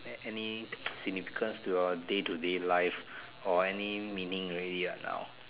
any significance to your day to day life or any meaning already what now